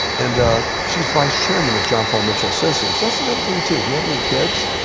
and she's vice chairman of john paul mitchell systems. that's another thing, too. if you have any kids,